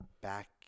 back